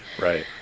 Right